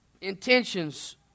intentions